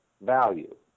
value